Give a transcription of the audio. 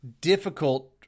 difficult